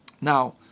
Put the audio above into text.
Now